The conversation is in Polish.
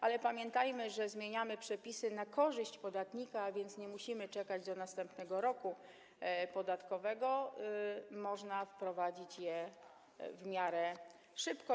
Ale pamiętajmy, że zmieniamy przepisy na korzyść podatnika, a więc nie musimy czekać do następnego roku podatkowego, można wprowadzić to w miarę szybko.